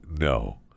No